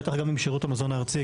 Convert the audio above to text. בטח גם עם שירות המזון הארצי,